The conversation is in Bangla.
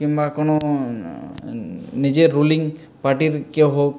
কিংবা কোনো নিজের রুলিং পার্টির কেউ হোক